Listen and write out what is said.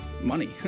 money